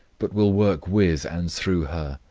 but will work with and through her.